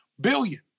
Billion